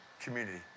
community